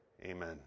amen